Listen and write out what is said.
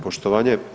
Poštovanje.